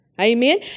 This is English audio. Amen